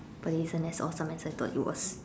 but it wasn't as nice as I thought it was